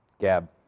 gab